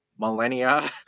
millennia